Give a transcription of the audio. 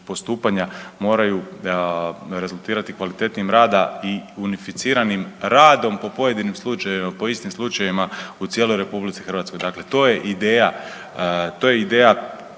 postupanja moraju rezultirati kvalitetnijem rada i unificiranim radom po pojedinim slučajevima, po istim slučajevima u cijeloj RH. Dakle, to je ideja,